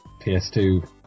PS2